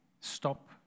stop